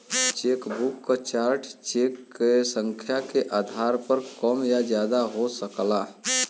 chequebook क charge cheque क संख्या के आधार पर कम या ज्यादा हो सकला